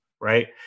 right